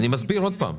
אני מסביר שוב.